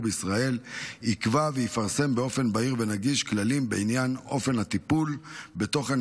בישראל יקבע ויפרסם באופן בהיר ונגיש כללים בעניין אופן הטיפול בתוכן